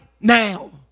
now